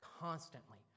constantly